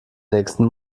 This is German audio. nächsten